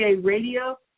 Radio